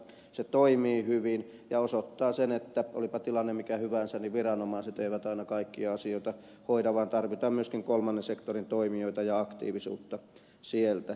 se toimii hyvin ja osoittaa sen että olipa tilanne mikä hyvänsä niin viranomaiset eivät aina kaikkia asioita hoida vaan tarvitaan myöskin kolmannen sektorin toimijoita ja aktiivisuutta sieltä